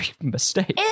mistake